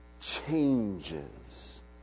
changes